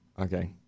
Okay